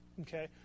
okay